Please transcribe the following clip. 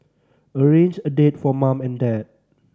arrange a date for mum and dad